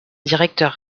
directeur